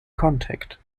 contact